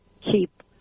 keep